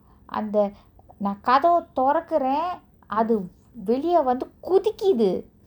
அந்த நா கதவ தொரக்குரே அது வெளிய வந்து குதிகிது:antha na kathava thorakure athu veliya vanthu kuthikithu